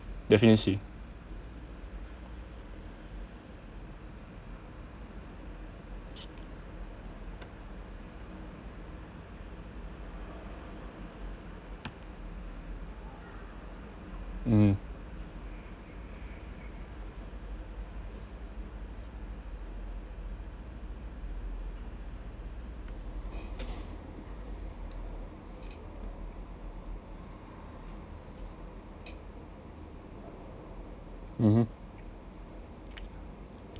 definitely mm mmhmm